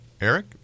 Eric